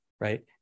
right